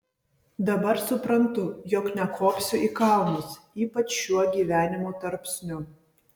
dabar suprantu jog nekopsiu į kalnus ypač šiuo gyvenimo tarpsniu